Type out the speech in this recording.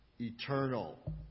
eternal